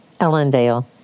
Ellendale